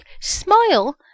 smile